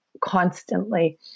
constantly